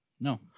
No